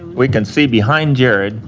we can see behind jarrod,